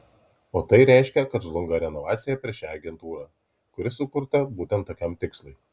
o tai reiškia kad žlunga renovacija per šią agentūrą kuri sukurta būtent tokiam tikslui